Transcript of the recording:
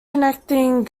connecting